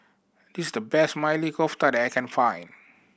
this the best Maili Kofta that I can find